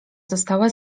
została